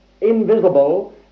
invisible